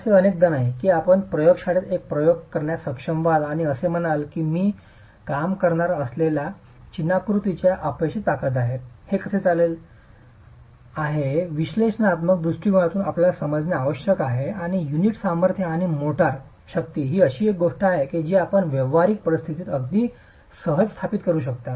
असे अनेकदा नाही की आपण प्रयोगशाळेत एक प्रयोग करण्यास सक्षम व्हाल आणि असे म्हणाल की मी काम करणार असलेल्या चिनाकृतीची अपयशी ताकद आहे हे कसे चालले आहे हे विश्लेषणात्मक दृष्टिकोनातून आपल्याला समजणे आवश्यक आहे आणि युनिट सामर्थ्य आणि मोर्टार शक्ती ही एक अशी गोष्ट आहे जी आपण व्यावहारिक परिस्थितीत अगदी सहज स्थापित करू शकता